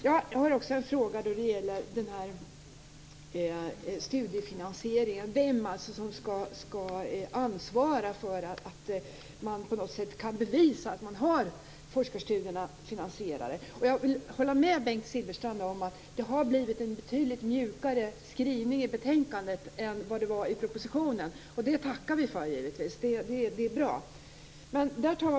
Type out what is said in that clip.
Jag har också en fråga om studiefinansieringen. Vem skall ansvara för att det på något vis kan bevisas att man har forskarstudierna finansierade. Jag vill hålla med Bengt Silfverstrand om att det har blivit en betydligt mjukare skrivning i betänkandet än vad det var i propositionen. Det tackar vi för givetvis. Det är bra.